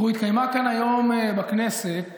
התקיימה כאן היום בכנסת